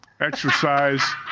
exercise